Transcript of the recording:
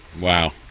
Wow